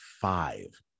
five